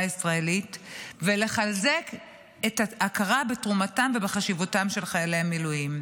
הישראלית ולחזק את ההכרה בתרומתם ובחשיבותם של חיילי המילואים.